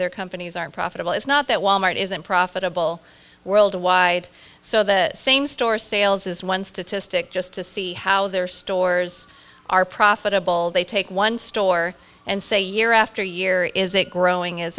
their companies aren't profitable it's not that wal mart isn't profitable worldwide so the same store sales is one statistic just to see how their stores are profitable they take one store and say year after year is it growing is